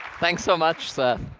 thanks so much, seth.